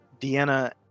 Deanna